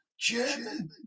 German